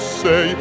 say